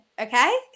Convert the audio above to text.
okay